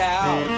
out